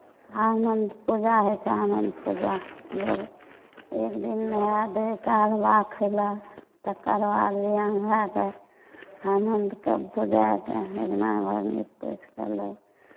अनन्त पूजा होइ छै अनन्त पूजामे लोक एक दिन नहाय धोय कऽ अरबा खयलक तकरबाद भी अहाँके अनन्तके पूजाके अङ्गना घर नीप पोछि कऽ लोक